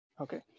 Okay